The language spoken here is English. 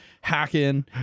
hacking